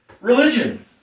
religion